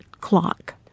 clock